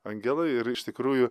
angelai ir iš tikrųjų